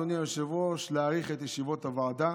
אדוני היושב-ראש, להאריך את ישיבות הוועדה